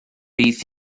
bydd